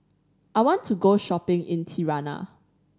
I want to go shopping in Tirana